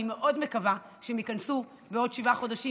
אני מאוד מקווה שהן ייכנסו בעוד שבעה חודשים,